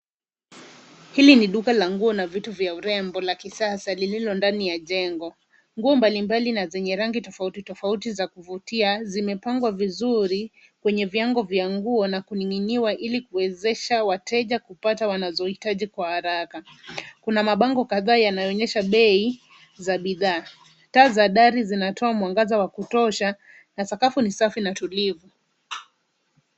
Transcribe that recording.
Hili ni duka la nguo na vitu vya urembo la kisasa lililo ndani ya jengo. Nguo mbalimbali na zenye rangi tofautitofauti za kuvutia zimepangwa vizuri kwenye viango vya nguo na kuning'iniwa ili kuwezesha wateja kupata wanazohitaji kwa haraka. Kuna mabango kadhaa yanaonyesha bei za bidhaa. Taa za dari zinatoa mwangaza wa kutosha na sakafu ni safi na tulivu.